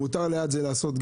מותר ליד זה לעשות,